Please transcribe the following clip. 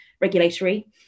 regulatory